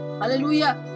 hallelujah